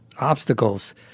obstacles